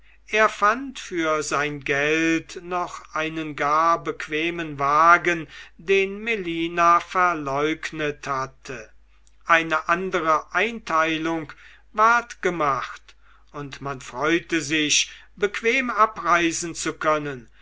er fand für sein geld noch einen gar bequemen wagen den melina verleugnet hatte eine andere einteilung ward gemacht und man freute sich bequem abreisen zu können